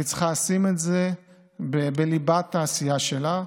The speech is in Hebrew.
והיא צריכה לשים את זה בליבת העשייה שלה,